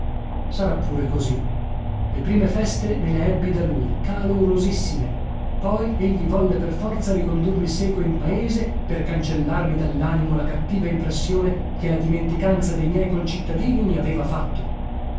sarà pure così le prime feste me le ebbi da lui calorosissime poi egli volle per forza ricondurmi seco in paese per cancellarmi dallanimo la cattiva impressione che la dimenticanza dei miei concittadini mi aveva fatto